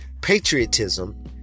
patriotism